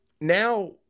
now